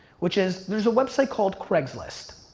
which is, there's a website called craigslist.